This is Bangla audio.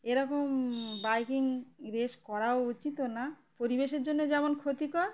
এরকম বাইকিং রেস করাও উচিতও না পরিবেশের জন্য যেমন ক্ষতিকর